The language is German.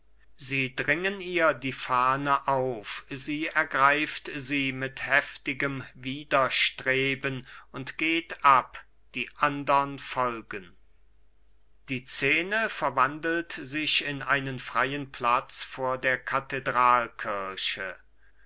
sie dringen ihr die fahne auf sie ergreift sie mit heftigem widerstreben und geht ab die andern folgen die szene verwandelt sich in einen freien platz vor der